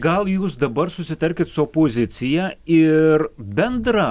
gal jūs dabar susitarkit su opozicija ir bendrą